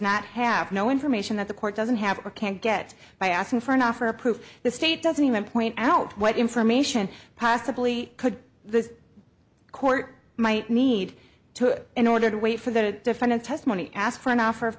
not have no information that the court doesn't have or can't get by asking for an offer of proof the state doesn't even point out what information possibly could the court might need to in order to wait for the defendant testimony ask for an offer